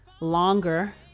longer